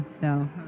No